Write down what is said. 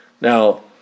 Now